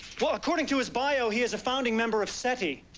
according to his bio, he is founding member of seti.